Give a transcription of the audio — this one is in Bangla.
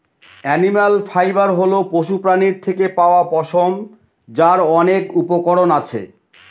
এনিম্যাল ফাইবার হল পশুপ্রাণীর থেকে পাওয়া পশম, যার অনেক উপকরণ আছে